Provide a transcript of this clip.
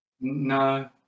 no